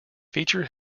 feature